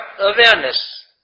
awareness